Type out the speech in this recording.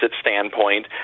standpoint